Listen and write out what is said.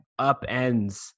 upends